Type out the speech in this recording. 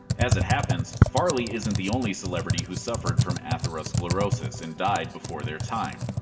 as it happens, farley isn't the only celebrity who suffered from atherosclerosis and died before their time.